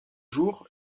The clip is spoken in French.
jours